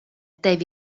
tev